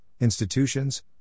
institutions